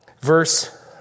Verse